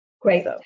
Great